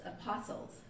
apostles